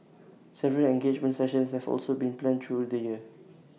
several engagement sessions have also been planned through the year